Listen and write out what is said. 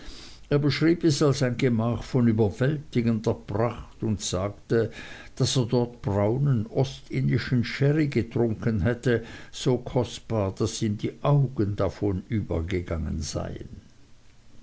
als ein gemach von überwältigender pracht und sagte daß er dort braunen ostindischen sherry getrunken hätte so kostbar daß ihm die augen davon übergegangen seien